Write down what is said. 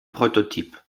prototyp